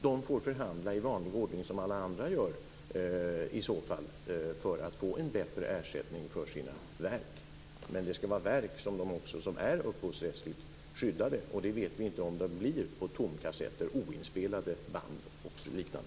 De får i så fall förhandla i vanlig ordning som alla andra gör för att få en bättre ersättning för sina verk. Men det skall vara verk som är upphovsrättsligt skyddade, och det vet vi inte om det blir på tomkassetter och oinspelade band.